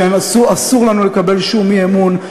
אסור לנו לקבל שום אי-אמון,